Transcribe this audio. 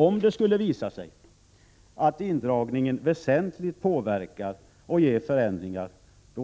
Om det skulle visa sig att indragningen väsentligt påverkar förhållandena och ger förändringar